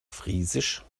friesisch